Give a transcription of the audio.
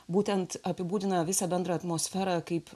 būtent apibūdina visą bendrą atmosferą kaip